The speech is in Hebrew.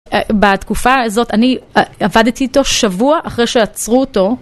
בתקופה הזאת אני עבדתי איתו שבוע אחרי שעצרו אותו.